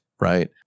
right